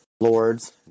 lords